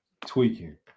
Tweaking